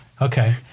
Okay